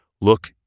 Look